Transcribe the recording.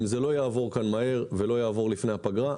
אם זה לא יעבור כאן מהר ולא יעבור לפני הפגרה,